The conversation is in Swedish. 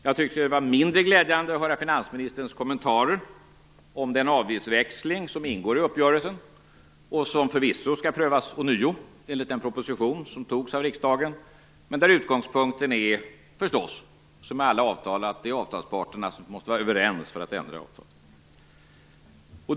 Jag tyckte att det var mindre glädjande att höra finansministerns kommentarer om den avgiftsväxling som ingår i uppgörelsen och som förvisso skall prövas ånyo enligt den proposition som antogs av riksdagen, men där utgångspunkten förstås är, som i alla avtal, att avtalsparterna måste vara överens för att ändra i avtalet.